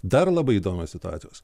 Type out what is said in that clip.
dar labai įdomios situacijos